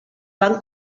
van